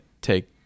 take